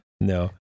no